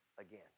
again